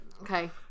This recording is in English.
okay